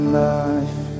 life